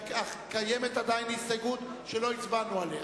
קיימת עדיין הסתייגות שלא הצבענו עליה.